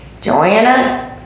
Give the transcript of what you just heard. Joanna